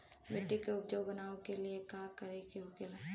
मिट्टी के उपजाऊ बनाने के लिए का करके होखेला?